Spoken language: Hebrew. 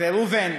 וראובן